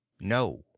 No